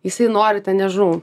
jisai nori ten nežinau